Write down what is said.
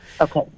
okay